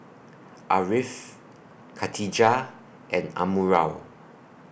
Ariff Katijah and Amirul